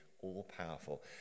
all-powerful